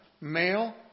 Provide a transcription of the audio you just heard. male